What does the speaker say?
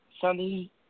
sunny